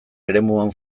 eremuan